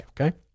Okay